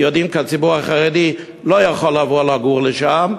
כי יודעים שהציבור החרדי לא יכול לבוא לגור שם,